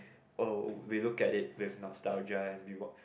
uh we look at it with nostalgia and we wan~